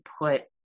put